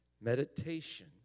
Meditation